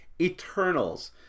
eternals